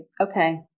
Okay